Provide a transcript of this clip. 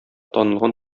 танылган